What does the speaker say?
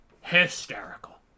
hysterical